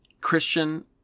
Christian